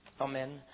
Amen